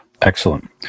Excellent